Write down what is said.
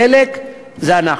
דלק זה אנחנו.